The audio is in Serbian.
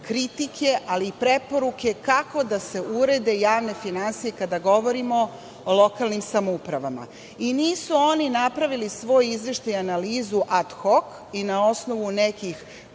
kritike, ali i preporuke kako da se urede javne finansije kada govorimo o lokalnim samoupravama. Nisu oni napravili svoj izveštaj i analizu ad hok i na osnovu nekih